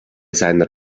seiner